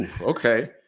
Okay